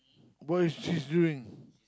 boy she's doing